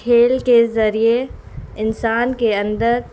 کھیل کے ذریعے انسان کے اندر